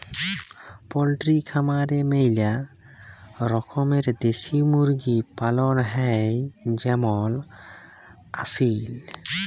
poultry খামারে ম্যালা রকমের দেশি মুরগি পালন হ্যয় যেমল আসিল